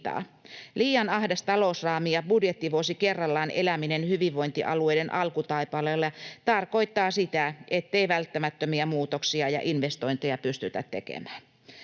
Liian ahdas talousraami ja budjettivuosi kerrallaan eläminen hyvinvointialueiden alkutaipaleella tarkoittaa sitä, ettei välttämättömiä muutoksia ja investointeja pystytä tekemään.